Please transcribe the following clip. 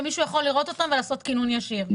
כשמישהו יכול לראות אותם ולעשות כינון ישיר.